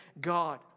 God